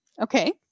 okay